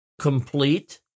complete